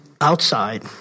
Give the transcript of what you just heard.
outside